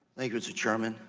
thank you mr. chairman,